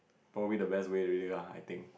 probably the best way already lah I think